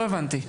לא הבנתי.